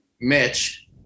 Mitch